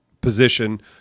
position